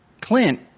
Clint